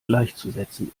gleichzusetzen